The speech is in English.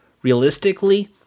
realistically